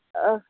ओह